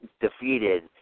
defeated